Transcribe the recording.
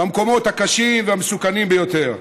במקומות הקשים והמסוכנים ביותר,